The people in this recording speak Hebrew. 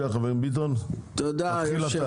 חבר הכנסת ביטון, תציג את הנושא.